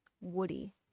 woody